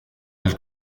elle